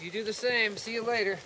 you do the same see you later